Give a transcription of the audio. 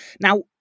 Now